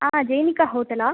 ஆ ஜெயினிகா ஹோட்டலா